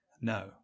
No